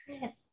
Yes